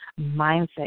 mindset